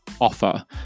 offer